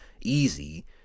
easy